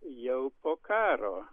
jau po karo